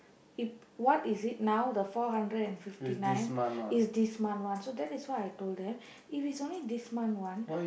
it what is it now the four hundred fifty nine is this month one so that is why I told them if it's only this month one